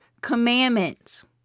commandments